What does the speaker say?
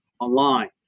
online